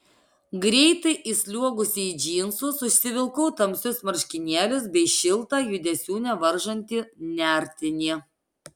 greitai įsliuogusi į džinsus užsivilkau tamsius marškinėlius bei šiltą judesių nevaržantį nertinį